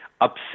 upset